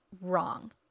wrong